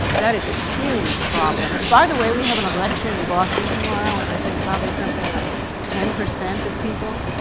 that is a huge problem, and, by the way, we have an election in boston tomorrow, and i think probably something like ten percent of people,